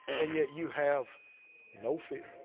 and yet you have no fear?